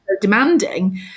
demanding